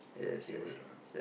favourite lah